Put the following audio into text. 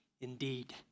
Indeed